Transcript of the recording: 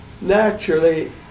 Naturally